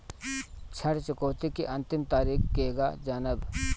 ऋण चुकौती के अंतिम तारीख केगा जानब?